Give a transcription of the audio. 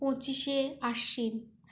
পঁচিশে আশ্বিন